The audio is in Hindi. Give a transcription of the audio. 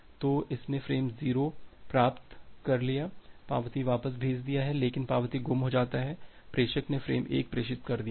तो इसने फ्रेम 0 प्राप्त कर लिया पावती वापस भेज दिया है लेकिन पावती गुम हो जाता है प्रषेक ने फ्रेम 1 प्रेषित कर दिया है